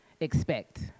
expect